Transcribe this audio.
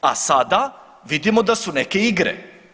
A sada vidimo da su neke igre.